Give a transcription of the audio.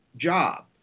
job